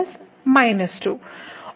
ഇത് എല്ലായ്പ്പോഴും 1 നും 1 നും ഇടയിലാണ്